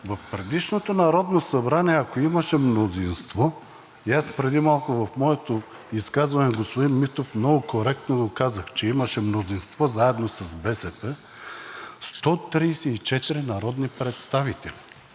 в предишното Народното събрание, ако имаше мнозинство, и аз преди малко в моето изказване, господин Митов, много коректно казах, че имаше мнозинство заедно с БСП – 134 народни представители,